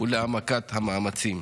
ולהעמקת המאמצים.